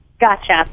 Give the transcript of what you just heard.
Gotcha